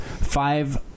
five